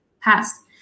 passed